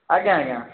ଆଜ୍ଞା ଆଜ୍ଞା